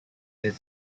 this